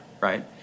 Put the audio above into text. right